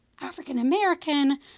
African-American